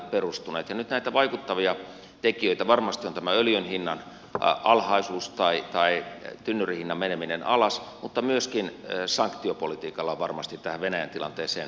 nyt näitä vaikuttavia tekijöitä varmasti on tämä öljyn hinnan alhaisuus tynnyrihinnan meneminen alas mutta myöskin sanktiopolitiikalla on varmasti tähän venäjän tilanteeseen vaikutuksia